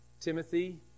Timothy